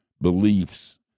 beliefs